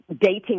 Dating